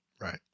right